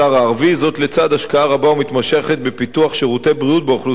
לצד השקעה רבה ומתמשכת בפיתוח שירותי בריאות באוכלוסייה הערבית.